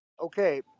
Okay